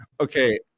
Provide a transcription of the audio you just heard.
okay